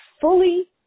fully